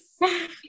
Yes